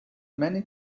many